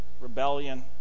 rebellion